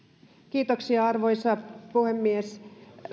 kiitoksia arvoisa puhemies